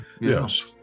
Yes